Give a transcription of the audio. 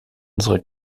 unsere